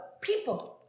people